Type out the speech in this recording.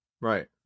right